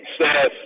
success